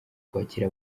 kwakira